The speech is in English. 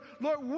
Lord